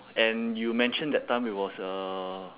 and you mentioned that time it was uh